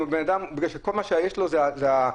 כל מה שיש לבן אדם זה מס'